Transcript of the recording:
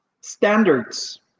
standards